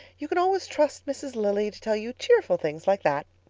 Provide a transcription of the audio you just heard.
you can always trust mrs. lilly to tell you cheerful things like that.